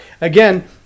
again